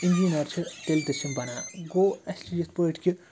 engineer چھِ تیٚلہِ تہِ چھِ یِم بَنان گوٚو اَسہِ چھِ یِتھ پٲٹھۍ کہِ